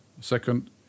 Second